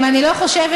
אני חושבת